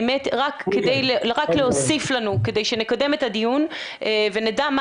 באמת רק להוסיף לנו כדי שנקדם את הדיון ונדע מה